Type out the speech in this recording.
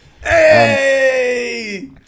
Hey